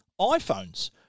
iPhones